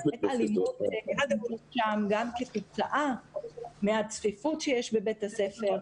את האלימות שבאה גם כתוצאה מן הצפיפות שיש בבית הספר,